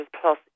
Plus